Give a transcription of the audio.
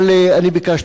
אבל אני ביקשתי,